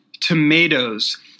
tomatoes